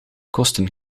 kosten